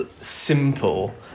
simple